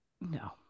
no